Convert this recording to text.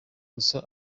gusa